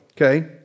okay